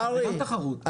קרעי,